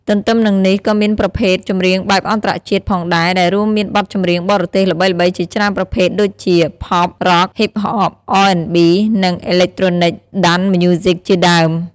ទន្ទឹមនឹងនេះ ក៏មានប្រភេទ ចម្រៀងបែបអន្តរជាតិ ផងដែរ ដែលរួមមានបទចម្រៀងបរទេសល្បីៗជាច្រើនប្រភេទដូចជា Pop, Rock, Hip-hop, R&B, និង Electronic Dance Music ជាដើម។